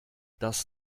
das